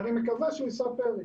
ואני מקווה שהוא יישא פרי.